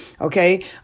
Okay